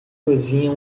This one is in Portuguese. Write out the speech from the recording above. cozinha